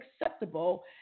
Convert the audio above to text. acceptable